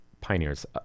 pioneers